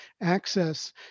access